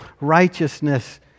righteousness